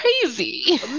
crazy